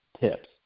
tips